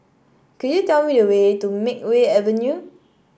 could you tell me the way to Makeway Avenue